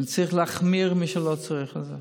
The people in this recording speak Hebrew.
צריך להחמיר עם מי שלא צריך את זה.